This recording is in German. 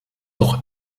doch